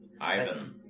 Ivan